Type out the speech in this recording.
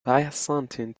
byzantine